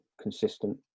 consistent